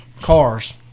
cars